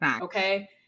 okay